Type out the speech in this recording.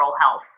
health